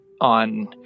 on